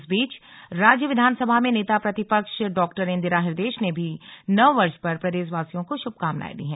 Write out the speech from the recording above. इस बीच राज्य विधानसभा में नेता प्रतिपक्ष डॉ इंदिरा हृदयेश ने भी नव वर्ष पर प्रदेशवासियों को शुभकामनाएं दी है